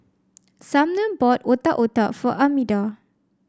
Sumner bought Otak Otak for Armida